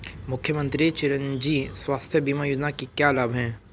मुख्यमंत्री चिरंजी स्वास्थ्य बीमा योजना के क्या लाभ हैं?